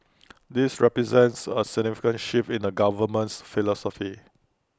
this represents A significant shift in the government's philosophy